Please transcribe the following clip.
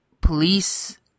police